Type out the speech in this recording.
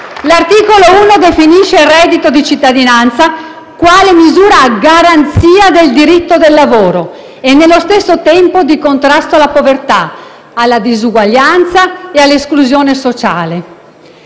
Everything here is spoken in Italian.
l'articolo 1 definisce il reddito di cittadinanza quale misura a garanzia del diritto del lavoro e, nello stesso tempo, di contrasto alla povertà, alla disuguaglianza e all'esclusione sociale.